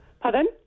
Pardon